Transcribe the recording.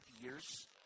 years